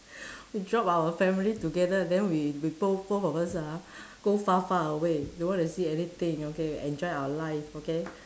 we drop our family together then we we both both of us ah go far far away don't want to see anything okay enjoy our life okay